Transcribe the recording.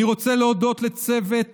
אני רוצה להודות לצוות